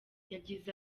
yagize